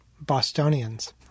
Bostonians